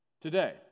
today